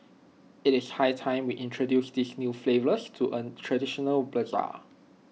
IT is high time we introduce these new flavours to A traditional Bazaar